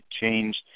changed